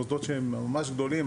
מוסדות שהם ממש גדולים.